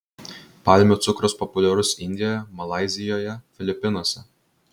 palmių cukrus populiarus indijoje malaizijoje filipinuose